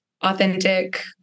authentic